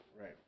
Right